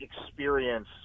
experience